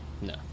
No